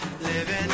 living